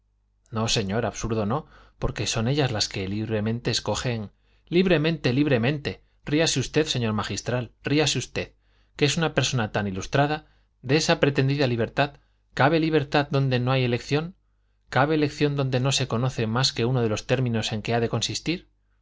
no señor absurdo no porque son ellas las que libremente escogen libremente libremente ríase usted señor magistral ríase usted que es una persona tan ilustrada de esa pretendida libertad cabe libertad donde no hay elección cabe elección donde no se conoce más que uno de los términos en que ha de consistir